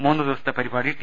മൂന്ന് ദിവ സത്തെ പരിപാടി ടി